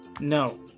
No